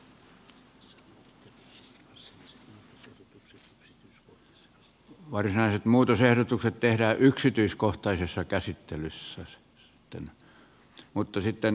varsinaiset muutosehdotukset tehdään yksityiskohtaisessa käsittelyssä sitten